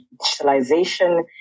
digitalization